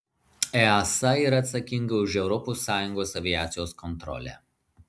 easa yra atsakinga už europos sąjungos aviacijos kontrolę